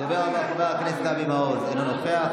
הדובר הבא, חבר הכנסת אבי מעוז, אינו נוכח.